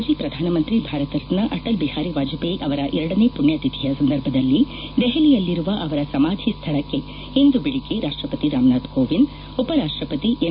ಮಾಜಿ ಪ್ರಧಾನಮಂತ್ರಿ ಭಾರತರತ್ನ ಅಟಲ್ ಬಿಹಾರಿ ವಾಜಪೇಯಿ ಅವರ ಎರಡು ಪುಣ್ಣತಿಥಿಯ ಸಂದರ್ಭದಲ್ಲಿ ದೆಹಲಿಯಲ್ಲಿರುವ ಅವರ ಸಮಾಧಿ ಸ್ಥಳಕ್ಕೆ ಇಂದು ಬೆಳಿಗ್ಗೆ ರಾಷ್ಟಪತಿ ರಾಮನಾಥ್ ಕೋವಿಂದ್ ಉಪರಾಷ್ಟಪತಿ ಎಂ